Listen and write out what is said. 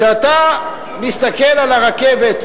כשאתה מסתכל על הרכבת,